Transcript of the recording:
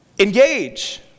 engage